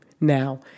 now